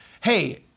hey